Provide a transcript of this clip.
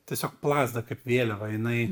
tiesiog plazda kaip vėliava jinai